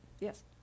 Yes